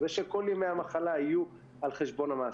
ושכל ימי המחלה יהיו על חשבון המעסיק,